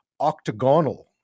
octagonal